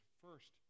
first